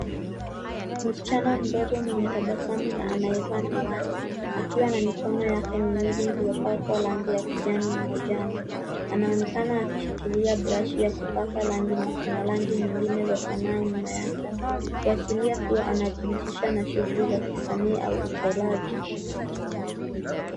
Msichana mdogo mwenye tabasamu na anayevaa miwani, akiwa na mikono yake miwili iliyopakwa rangi ya kijani na manjano. Anaonekana akishikilia brashi ya kupaka rangi na kuna rangi nyingine za sanaa nyuma yake. Kuashiria kuwa anajihusisha na shughuli za kisanii au uchoraji.